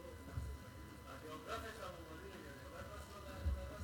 זה אומר משהו על "הדסה"?